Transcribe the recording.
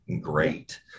great